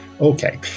Okay